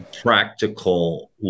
practical